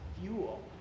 fuel